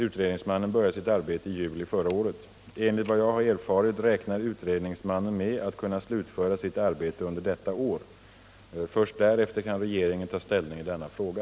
Utredningsmannen började sitt arbete i juli förra året. Enligt vad jag har erfarit räknar utredningsmannen med att kunna slutföra sitt arbete under detta år. Först därefter kan regeringen ta ställning i denna fråga.